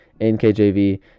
nkjv